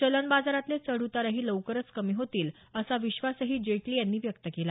चलन बाजारातले चढ उतारही लवकरच कमी होतील असा विश्वासही जेटली यांनी व्यक्त केला